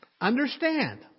Understand